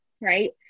right